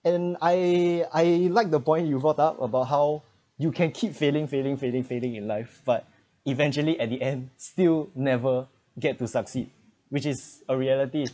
and I I like the point you brought up about how you can keep failing failing failing failing in life but eventually at the end still never get to succeed which is a reality